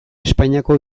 espainiako